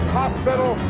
hospital